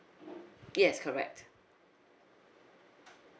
yes correct